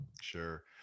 Sure